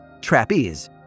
trapeze